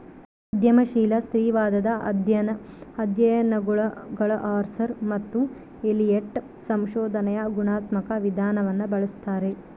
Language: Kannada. ಉದ್ಯಮಶೀಲ ಸ್ತ್ರೀವಾದದ ಅಧ್ಯಯನಗುಳಗಆರ್ಸರ್ ಮತ್ತು ಎಲಿಯಟ್ ಸಂಶೋಧನೆಯ ಗುಣಾತ್ಮಕ ವಿಧಾನವನ್ನು ಬಳಸ್ತಾರೆ